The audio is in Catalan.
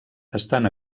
estan